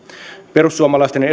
perussuomalaisten